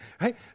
right